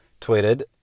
tweeted